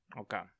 Okay